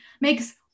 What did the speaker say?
makes